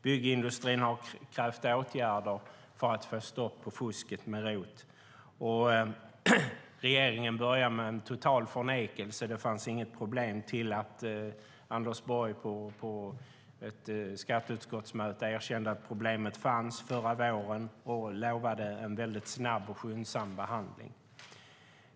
Byggindustrin har krävt åtgärder för att få stopp på fusket med ROT. Regeringen började med total förnekelse; det fanns inget problem. Men på ett skatteutskottsmöte förra våren erkände Anders Borg att problemet fanns och lovade en skyndsam behandling.